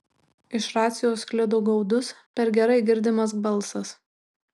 iš racijos sklido gaudus per gerai girdimas balsas